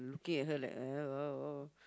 looking at her like